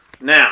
Now